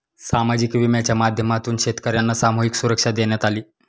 सामाजिक विम्याच्या माध्यमातून शेतकर्यांना सामूहिक सुरक्षा देण्यात आली